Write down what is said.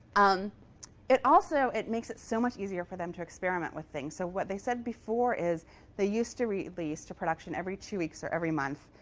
um it also makes it so much easier for them to experiment with things. so what they said before is they used to release to production every two weeks or every month.